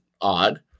odd